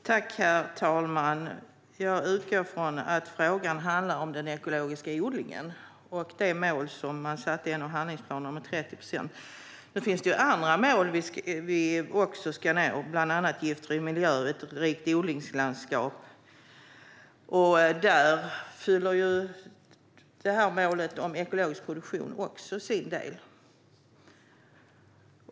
Herr talman! Jag utgår från att frågan handlar om den ekologiska odlingen och det mål som man satte i handlingsplanen om 30 procent. Nu finns det andra mål som vi också ska nå, bland annat Giftfri miljö och Ett rikt odlingslandskap. Där har ju målet om ekologisk produktion också sin del.